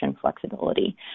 flexibility